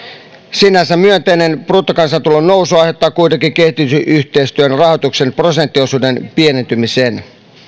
sinänsä myönteinen bruttokansantulon nousu aiheuttaa kuitenkin kehitysyhteistyön rahoituksen prosenttiosuuden pienentymisen